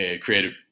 creative